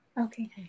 Okay